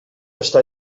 està